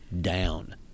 down